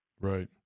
Right